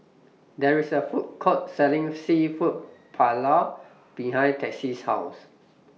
There IS A Food Court Selling Seafood Paella behind Tessie's House